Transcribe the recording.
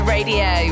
Radio